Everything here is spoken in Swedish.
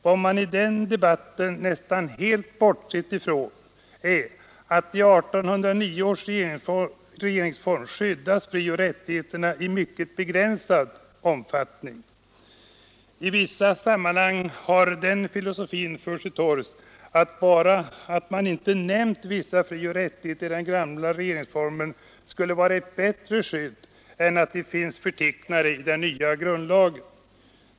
Vad man i den debatten nästan helt har bortsett från är att de mänskliga frioch rättigheterna endast i mycket begränsad omfattning skyddas i 1809 års regeringsform. I vissa sammanhang har den filosofin förts till torgs att bara det att man inte har nämnt vissa frioch rättigheter i den gamla regeringsformen skulle vara ett bättre skydd än att de finns förtecknade i den nya grundlagen.